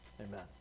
Amen